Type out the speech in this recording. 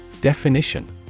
Definition